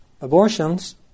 abortions